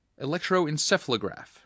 Electroencephalograph